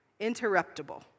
interruptible